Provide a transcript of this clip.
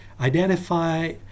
Identify